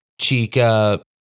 chica